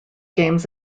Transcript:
games